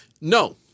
No